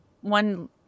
one